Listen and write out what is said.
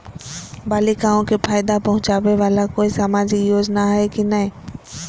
बालिकाओं के फ़ायदा पहुँचाबे वाला कोई सामाजिक योजना हइ की नय?